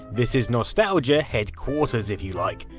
this is nostalgia head quarters if you like.